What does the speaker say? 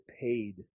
paid